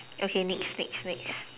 okay next next next